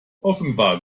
offenbar